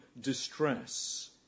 distress